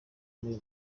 n’uyu